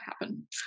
happen